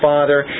Father